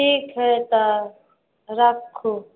ठीक हइ तऽ राखू